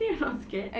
then I'm not scared